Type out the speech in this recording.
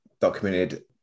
documented